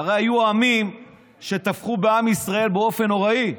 הרי היו עמים שטבחו בעם ישראל באופן נוראי.